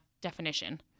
definition